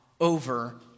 over